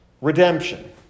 Redemption